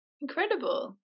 Incredible